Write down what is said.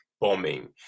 bombing